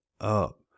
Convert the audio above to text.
up